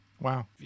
Wow